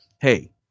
hey